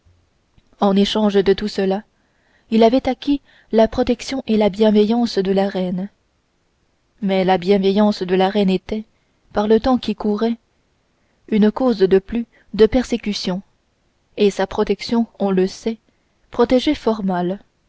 en échange de tout cela il avait acquis la protection et la bienveillance de la reine mais la bienveillance de la reine était par le temps qui courait une cause de plus de persécution et sa protection on le sait protégeait fort mal